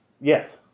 Yes